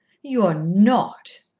you're not?